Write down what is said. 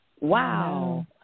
wow